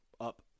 up